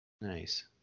nice